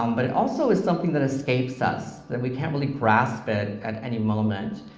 um but it also is something that escapes us, that we can't really grasp it at any moment,